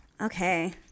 Okay